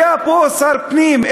היה פה שר פנים,